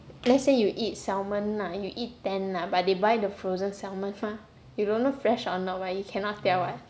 let's say you eat salmon lah you eat ten lah but they buy the frozen salmon mah you don't know fresh or not what you cannot tell [what]